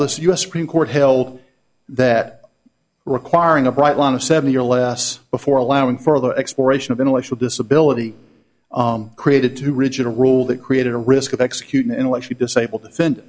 this u s supreme court held that requiring a bright line of seventy or less before allowing further exploration of intellectual disability created too rigid a rule that created a risk of executing an intellectually disabled defend